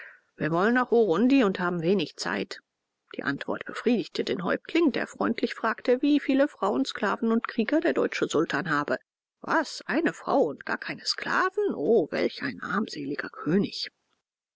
wir wollen nach urundi und haben wenig zeit die antwort befriedigte den häuptling der freundlich fragte wie viele frauen sklaven und krieger der deutsche sultan habe was eine frau und gar keine sklaven o welch ein armseliger könig